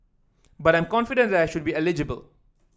but I'm confident that I should be eligible